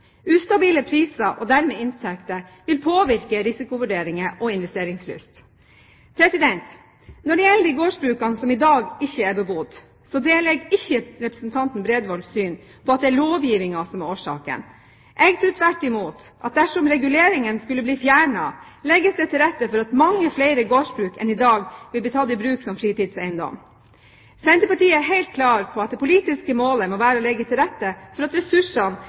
Ustabile priser, og dermed inntekter, vil påvirke risikovurderinger og investeringslyst. Når det gjelder de gårdsbrukene som i dag ikke er bebodd, deler jeg ikke representanten Bredvolds syn om at det er lovgivningen som er årsaken. Jeg tror tvert imot at dersom reguleringene skulle bli fjernet, legges det til rette for at mange flere gårdsbruk enn i dag vil bli tatt i bruk som fritidseiendom. Senterpartiet er helt klar på at det politiske målet må være å legge til rette for at ressursene